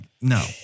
no